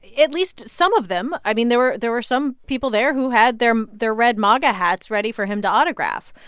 at least some of them. i mean, there were there were some people there who had their red maga hats ready for him to autograph.